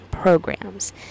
programs